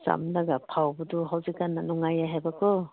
ꯆꯥꯝꯂꯒ ꯐꯧꯕꯗꯨ ꯍꯧꯖꯤꯛ ꯀꯥꯟꯅ ꯅꯨꯡꯉꯥꯏ ꯍꯥꯏꯕꯀꯣ